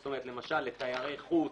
זאת אומרת למשל לתיירי חוץ